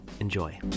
Enjoy